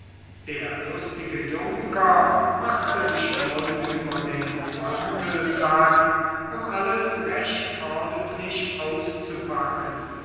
der lustige junker machte sich nun über den mantelsack um alles recht ordentlich auszupacken